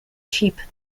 cheap